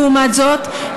לעומת זאת,